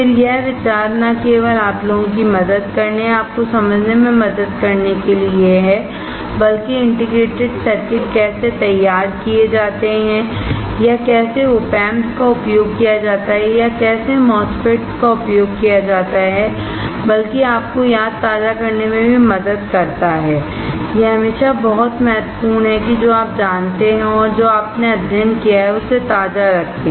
फिर यह विचार न केवल आप लोगों की मदद करने या आपको समझने में मदद करने के लिए है बल्कि इंटीग्रेटेड सर्किट कैसे तैयार किए जाते हैं या कैसे Op Amps का उपयोग किया जाता है या कैसे MOSFETS का उपयोग किया जाता है बल्कि आपको याद ताज़ा करने में भी मदद करता है यह हमेशा बहुत महत्वपूर्ण है कि जो आप जानते हैं और जो आपने अध्ययन किया है उसे ताज़ा रखें